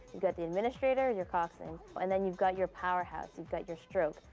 you've got the administrator your coxswain. and then you've got your powerhouse. you've got your stroke,